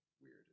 weird